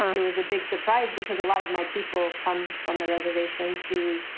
it was a big surprise because a lot of my people come from the reservation, too.